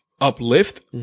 uplift